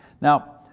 Now